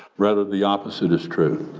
rather the opposite is true.